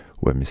Ouais